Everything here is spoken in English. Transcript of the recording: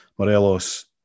Morelos